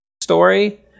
story